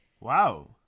Wow